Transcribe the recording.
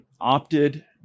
opted